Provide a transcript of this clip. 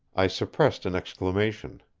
i suppressed an exclamation,